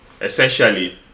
essentially